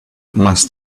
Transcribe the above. must